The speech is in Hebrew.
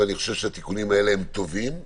ואני חושב שהתיקונים האלה הם טובים,